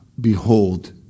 behold